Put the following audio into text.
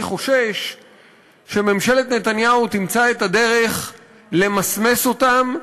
אני חושש שממשלת נתניהו תמצא את הדרך למסמס אותן,